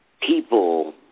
people